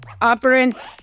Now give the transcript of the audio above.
operant